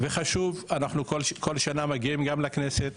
אנחנו כל שנה גם מגיעים לכנסת,